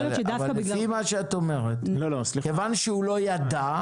לי מה שאת אומרת כיוון שהוא לא ידע,